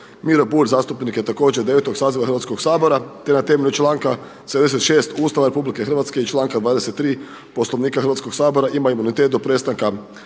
Miro Bulj zastupnik je također 9. saziva Hrvatskog sabora te na temelju članka 76. Ustava RH i članka 23. Poslovnika Hrvatskog sabora ima imunitet do prestanka